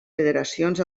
federacions